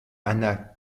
anna